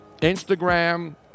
Instagram